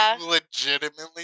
legitimately